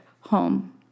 home